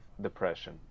depression